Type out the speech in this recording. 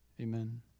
Amen